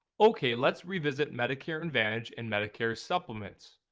okay let's revisit medicare advantage and medicare supplements.